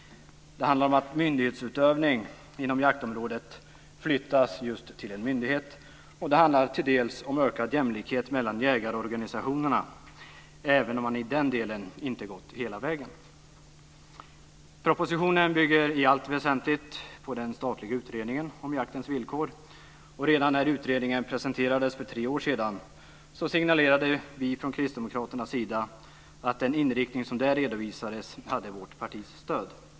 Det handlar om att myndighetsutövning inom jaktområdet flyttas just till en myndighet. Till dels handlar det också om ökad jämlikhet mellan jägarorganisationerna, även om man i den delen inte gått hela vägen. Propositionen bygger i allt väsentligt på den statliga utredningen om jaktens villkor. Redan när utredningen presenterades för tre år sedan signalerade vi från kristdemokraternas sida att den inriktning som där redovisades hade vårt partis stöd.